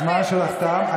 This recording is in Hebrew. הזמן שלך תם.